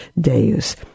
Deus